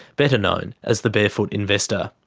better known as the barefoot investor.